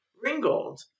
Ringgold